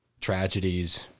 tragedies